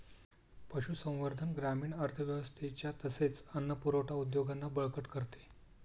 पशुसंवर्धन ग्रामीण अर्थव्यवस्थेच्या तसेच अन्न पुरवठा उद्योगांना बळकट करते